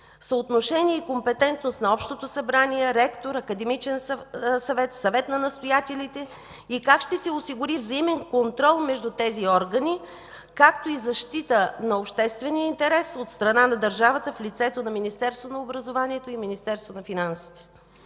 съотношение и компетентност на Общото събрание, ректор, Академичен съвет, Съвет на настоятелите, и как ще се осигури взаимен контрол между тези органи, както и защита на обществения интерес от страна на държавата в лицето на Министерството на образованието и науката и Министерството на финансите?